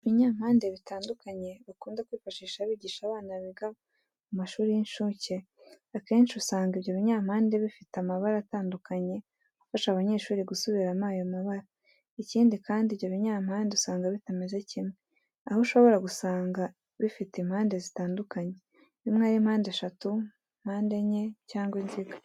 Ibinyampande bitandukanye bakunda kwifashisha bigisha abana biga mu mashuri y'incuke, akenshi usanga ibyo binyampande bifite amabara atadukanye afasha abanyeshuri gusubiramo ayo mabara. Ikindi kandi ibyo binyampande usanga bitameze kimwe, aho ushobora gusanga bifite impande zitandukanye, bimwe ari mpandeshatu, mpandenye cyangwa inziga.